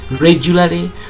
regularly